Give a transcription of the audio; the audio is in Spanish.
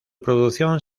producción